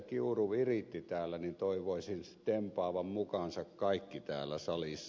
kiuru viritti täällä toivoisin tempaavan mukaansa kaikki täällä salissa